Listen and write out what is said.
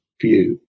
view